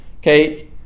Okay